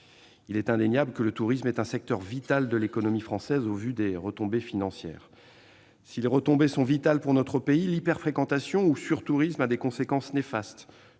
Il est indéniable que le tourisme est un secteur vital de l'économie française, au vu de ses retombées financières. Si ces retombées sont vitales pour notre pays, l'hyper-fréquentation- le « sur-tourisme » -a des conséquences néfastes,